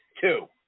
two